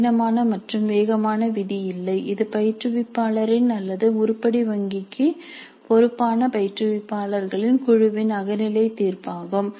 கடினமான மற்றும் வேகமான விதி இல்லை இது பயிற்றுவிப்பாளரின் அல்லது உருப்படி வங்கிக்கு பொறுப்பான பயிற்றுவிப்பாளர்களின் குழுவின் அகநிலை தீர்ப்பாகும்